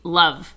love